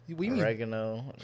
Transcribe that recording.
Oregano